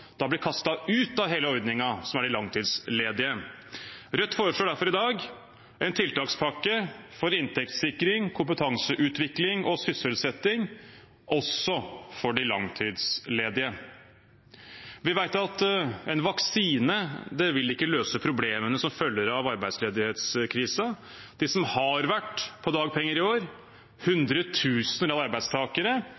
blir kastet ut av hele ordningen, som er de langtidsledige. Rødt foreslår derfor i dag en tiltakspakke for inntektssikring, kompetanseutvikling og sysselsetting også for de langtidsledige. Vi vet at en vaksine ikke vil løse problemene som følger av arbeidsledighetskrisen. De som har vært på dagpenger i år,